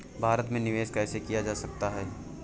भारत में निवेश कैसे किया जा सकता है?